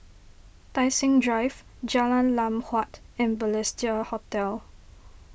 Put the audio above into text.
Tai Seng Drive Jalan Lam Huat and Balestier Hotel